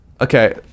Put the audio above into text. Okay